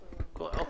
לכולם.